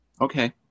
Okay